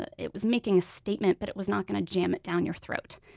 it it was making a statement, but it was not going to jam it down your throat,